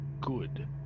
good